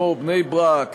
כמו בני-ברק,